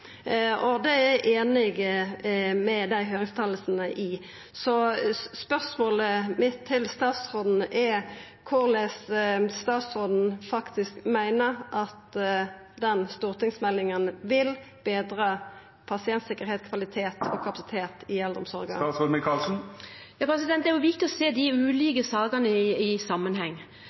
er eg einig i. Spørsmålet mitt til statsråden er korleis ho meiner at den stortingsmeldinga vil betra pasienttryggleik, kvalitet og kapasitet i eldreomsorga. Det er viktig å se de ulike sakene i